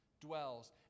dwells